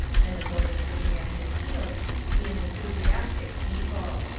and the boys trooping at his heels to be an enthusiastic people.